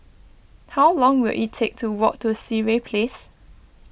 how long will it take to walk to Sireh Place